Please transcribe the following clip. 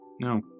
No